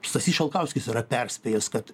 stasys šalkauskis yra perspėjęs kad